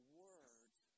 words